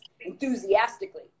enthusiastically